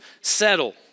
settle